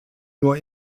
nur